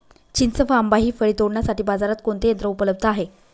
चिंच व आंबा हि फळे तोडण्यासाठी बाजारात कोणते यंत्र उपलब्ध आहे?